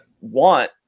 want